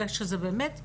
אלא שזה באמת,